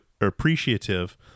appreciative